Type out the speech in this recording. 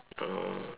oh